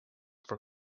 for